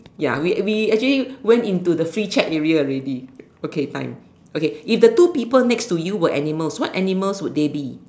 ya we we actually went into the free chat area already okay time okay if the two people next to your were animals what animals would they be